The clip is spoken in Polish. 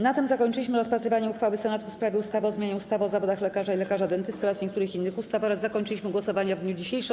Na tym zakończyliśmy rozpatrywanie uchwały Senatu w sprawie ustawy o zmianie ustawy o zawodach lekarza i lekarza dentysty oraz niektórych innych ustaw oraz zakończyliśmy głosowania w dniu dzisiejszym.